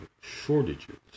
shortages